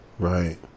Right